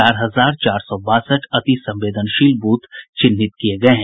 चार हजार चार सौ बासठ अति संवेदनशील ब्रथ चिन्हित किये गये हैं